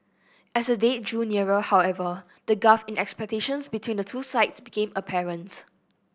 as the date drew nearer however the gulf in expectations between the two sides became apparent